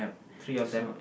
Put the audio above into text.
three of them